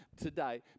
today